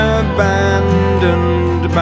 abandoned